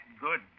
good